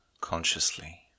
consciously